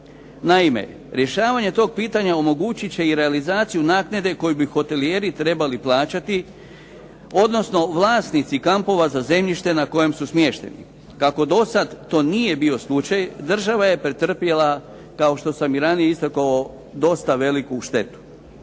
Naime, rješavanje toga pitanja omogućit će i realizaciju naknade koju bi hotelijeri trebali plaćati, odnosno vlasnici kampova za zemljišta na kojem su smješteni. Kako do sada to nije bio slučaj, država je pretrpjela kao što sam i ranije istakao dosta veliku štetu.